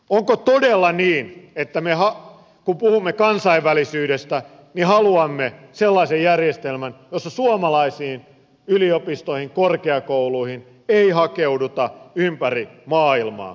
onko todella niin että kun puhumme kansainvälisyydestä niin haluamme sellaisen järjestelmän jossa suomalaisiin yliopistoihin korkeakouluihin ei hakeuduta ympäri maailmaa